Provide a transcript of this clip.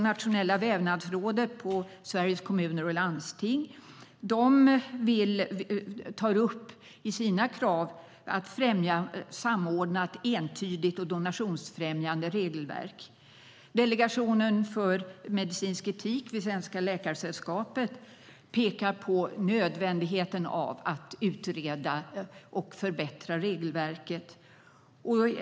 Nationella Vävnadsrådet och Sveriges Kommuner och Landsting tar upp i sina krav att man ska verka för ett samordnat, entydigt och donationsfrämjande regelverk. Delegationen för medicinsk etik vid Svenska Läkaresällskapet pekar på nödvändigheten av att utreda och förbättra regelverket.